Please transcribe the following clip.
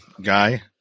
guy